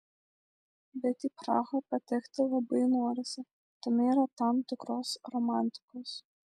bet į prahą patekti labai norisi tame yra tam tikros romantikos